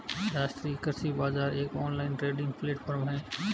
राष्ट्रीय कृषि बाजार एक ऑनलाइन ट्रेडिंग प्लेटफॉर्म है